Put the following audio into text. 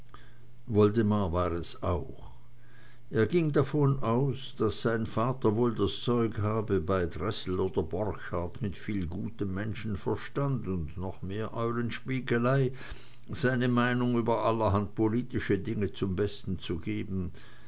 woldemar war es auch er ging davon aus daß sein vater wohl das zeug habe bei dressel oder borchardt mit viel gutem menschenverstand und noch mehr eulenspiegelei seine meinung über allerhand politische dinge zum besten zu geben